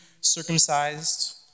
circumcised